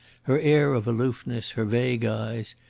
her air of aloofness, her vague eyes,